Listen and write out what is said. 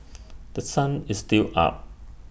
The Sun is still up